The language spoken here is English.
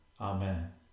Amen